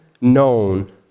known